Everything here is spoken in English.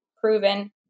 proven